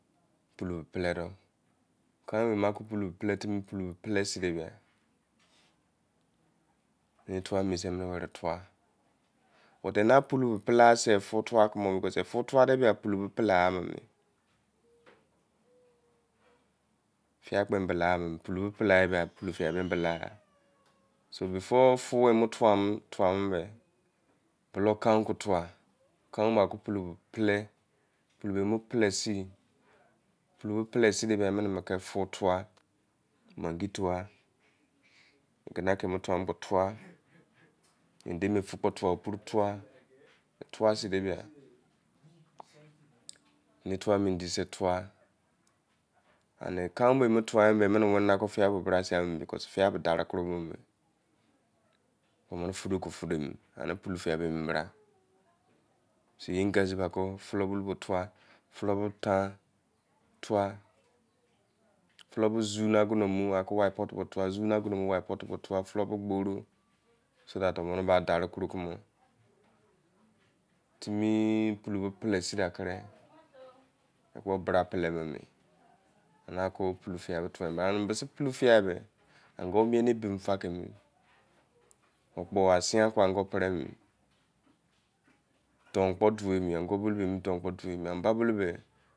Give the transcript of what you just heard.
Kene pele- de, pele fua sei puli fua ba, fon fua komo, fia meleye pulo fia kpo mele- agha so- be fore fon fue mie beh bulu emi kai fua kai ke pulk pele, pele sei, kai fon fua, massi fua demi fu fua fua me idj se fua. Kai fua me sei cause fia dari khromo bode omene fh do ke fu do ene pulo fia fu me bra fulo bini fua fior fua fior bai gbro fino flor brein dani furi ama